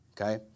Okay